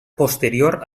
posterior